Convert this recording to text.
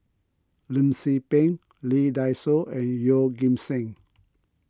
Lim Tze Peng Lee Dai Soh and Yeoh Ghim Seng